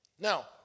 Now